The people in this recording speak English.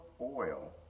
oil